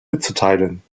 mitzuteilen